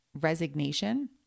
resignation